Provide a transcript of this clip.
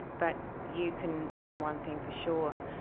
but you can bet on one thing for sure,